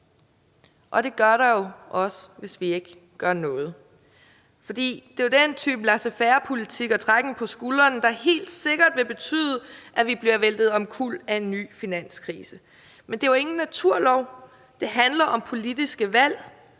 Og det gør der jo også, hvis vi ikke gør noget, for det er den type laissez faire-politik og trækken på skuldrene, der helt sikkert vil betyde, at vi bliver væltet omkuld af en ny finanskrise. Men det er jo ingen naturlov. Det handler om politiske valg.